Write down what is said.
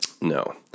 No